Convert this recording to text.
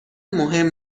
مهم